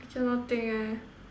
I cannot think eh